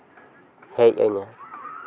ᱦᱮᱡ ᱟᱹᱧᱟᱹ